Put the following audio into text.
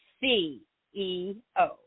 C-E-O